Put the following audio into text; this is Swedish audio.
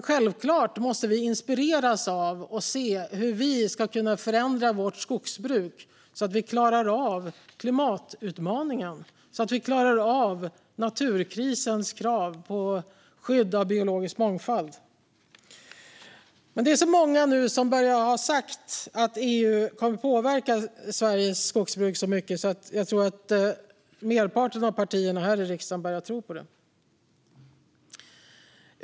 Självklart måste vi inspireras av den och se hur vi ska kunna förändra vårt skogsbruk så att vi klarar av klimatutmaningen och naturkrisens krav på skydd av biologisk mångfald. Dock börjar det nu bli så många som har sagt att EU kommer att påverka Sveriges skogsbruk mycket att jag tror att merparten av partierna här i riksdagen börjar tro på det.